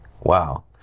Wow